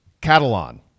Catalan